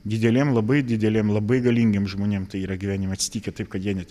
dideliem labai dideliem labai galingiem žmonėm tai yra gyvenime atsitikę taip kad jie net